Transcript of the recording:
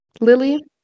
lily